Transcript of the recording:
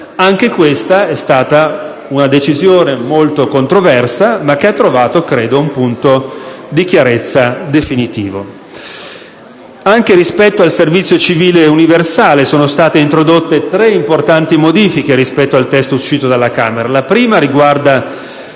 Anche questa è stata una decisione molto controversa, ma che ha trovato - credo - un punto di chiarezza definitivo. Anche con riferimento al servizio civile universale sono state introdotte tre importanti modifiche rispetto al testo uscito dalla Camera. La prima riguarda